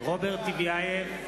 רוברט טיבייב,